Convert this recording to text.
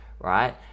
right